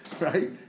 right